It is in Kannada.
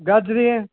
ಗಜ್ರಿ